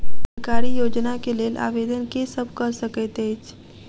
सरकारी योजना केँ लेल आवेदन केँ सब कऽ सकैत अछि?